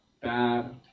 bad